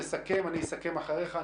תסכם ואני אסכם אחריך.